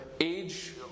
Age